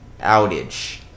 outage